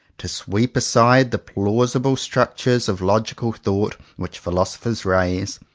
to sweep aside the plausible structures of logical thought which philosophers raise,